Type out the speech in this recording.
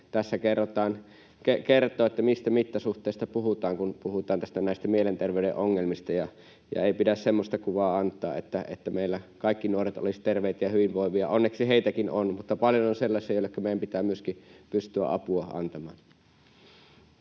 se kertoo, mistä mittasuhteista puhutaan, kun puhutaan esimerkiksi mielenterveyden ongelmista, ja ei pidä antaa semmoista kuvaa, että meillä kaikki nuoret olisivat terveitä ja hyvinvoivia. Onneksi heitäkin on, mutta paljon on sellaisia, joilleka meidän pitää myöskin pystyä apua antamaan.